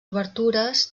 obertures